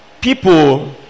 people